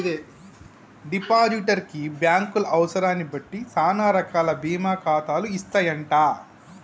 depositor కి బ్యాంకులు అవసరాన్ని బట్టి సానా రకాల బీమా ఖాతాలు ఇస్తాయంట